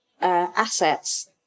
assets